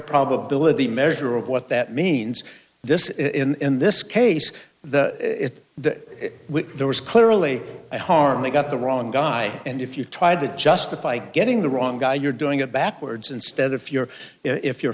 probability measure of what that means this is in this case the that there was clearly a harm they got the wrong guy and if you tried to justify getting the wrong guy you're doing it backwards instead if you're if you're